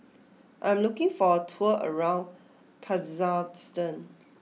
I am looking for a tour around Kazakhstan